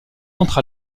entre